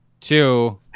two